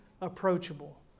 approachable